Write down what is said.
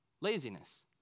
Laziness